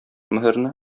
мөһерне